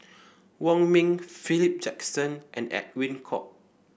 Wong Ming Philip Jackson and Edwin Koek